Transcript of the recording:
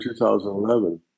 2011